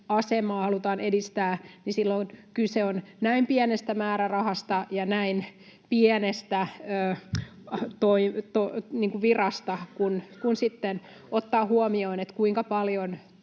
asemaa halutaan edistää, niin silloin kyse on näin pienestä määrärahasta ja näin pienestä virasta, kun sitten ottaa huomioon, kuinka paljon